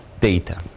data